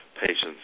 patients